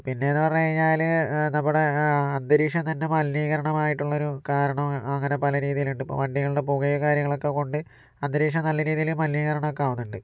പിന്നെന്നു പറഞ്ഞു കഴിഞ്ഞാല് നമ്മുടെ അന്തരീക്ഷത്തിൻ്റെ മലിനീകരണമായിട്ടുള്ളൊരു കാരണം അങ്ങനെ പല രീതിലുണ്ട് ഇപ്പൊ വണ്ടികളുടെ പുകയും കാര്യങ്ങളൊക്കെ കൊണ്ട് അന്തരീക്ഷം നല്ല രീതില് മലിനീകരണം ഒക്കെ ആകുന്നുണ്ട്